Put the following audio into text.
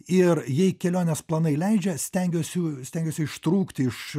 ir jei kelionės planai leidžia stengiuosi stengiuosi ištrūkti iš